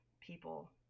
people